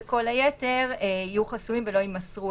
סגורים וכל היתר יהיו חסויים ולא יימסרו,